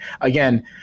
Again